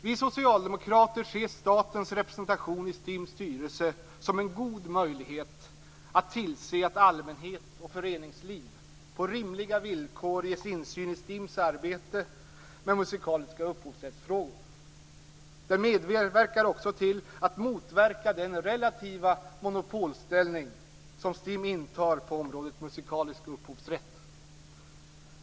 Vi socialdemokrater ser statens representation i STIM:s styrelse som en god möjlighet att tillse att allmänhet och föreningsliv på rimliga villkor ges insyn i STIM:s arbete med frågor om musikalisk upphovsrätt. Den bidrar också till att motverka den relativa monopolställning som STIM intar på området musikalisk upphovsrätt.